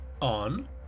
on